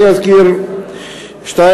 אני אזכיר שתיים-שלוש,